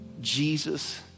Jesus